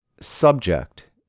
subject